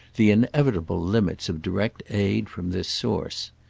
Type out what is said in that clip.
the inevitable limits of direct aid from this source.